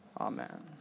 Amen